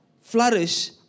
flourish